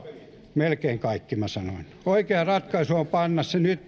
melkein kaikki minä sanoin oikea ratkaisu on panna se nyt